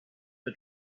for